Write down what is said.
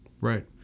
Right